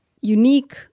unique